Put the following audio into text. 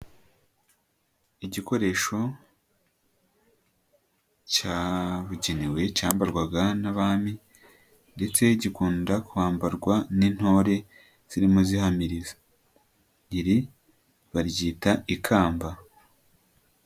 Igikoresho cyabugenewe cyambarwaga n'abami ndetse gikunda kwambarwa n'intore zirimo zihamiriza, iri baryita ikamba.